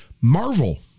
Marvel